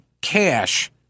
cash